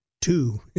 two